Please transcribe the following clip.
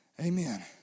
Amen